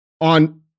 on